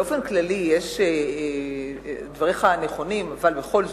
באופן כללי דבריך נכונים, אבל בכל זאת,